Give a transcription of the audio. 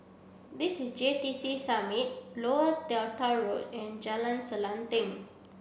this is J T C Summit Lower Delta Road and Jalan Selanting